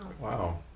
Wow